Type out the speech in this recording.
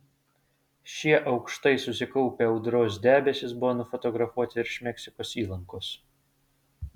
šie aukštai susikaupę audros debesys buvo nufotografuoti virš meksikos įlankos